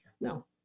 No